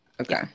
Okay